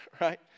right